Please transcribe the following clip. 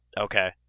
Okay